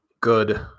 good